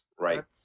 right